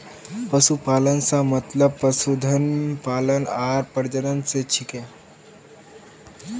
पशुपालन स मतलब पशुधन पालन आर प्रजनन स छिके